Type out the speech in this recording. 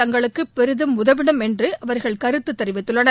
தங்களுக்கு பெரிதும் உதவிடும் என்று அவர்கள் கருத்து தெரிவித்துள்ளனர்